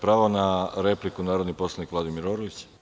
Pravo na repliku, narodni poslanik Vladimir Orlić.